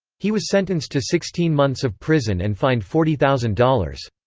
he was sentenced to sixteen months of prison and fined forty thousand dollars.